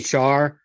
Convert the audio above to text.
HR